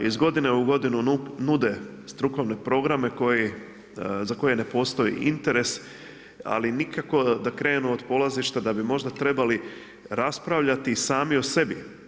Iz godine u godinu nude strukovne programe koji, za koje ne postoji interes ali nikako da krenu od polazišta da bi možda trebali raspravljati i sami o sebi.